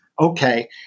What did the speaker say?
Okay